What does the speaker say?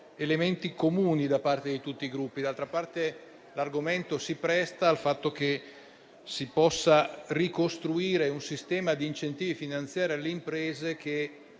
elementi comuni da parte di tutti i Gruppi. D'altra parte, l'argomento si presta alla possibilità di ricostruire un sistema di incentivi finanziari alle imprese che